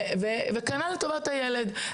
כנ"ל טובת הילד,